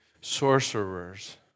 sorcerers